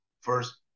first